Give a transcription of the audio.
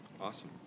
Awesome